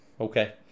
okay